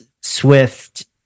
Swift